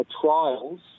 trials